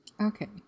Okay